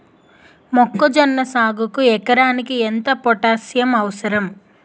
మొక్కజొన్న సాగుకు ఎకరానికి ఎంత పోటాస్సియం అవసరం?